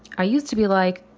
i used to be like,